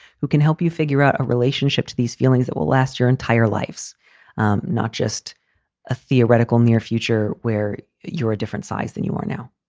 who can help you figure out a relationship to these feelings that will last your entire life's not just a theoretical near future where you're a different size than you are now.